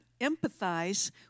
empathize